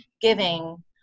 giving